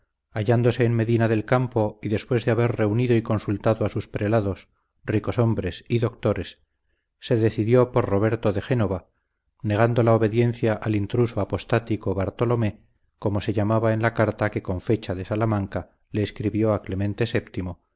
hallándose en medina del campo y después de haber reunido y consultado a sus prelados ricoshombres y doctores se decidió por roberto de génova negando la obediencia al intruso apostático bartolomé como le llama en la carta que con fecha de salamanca le escribió a clemente